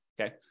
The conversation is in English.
okay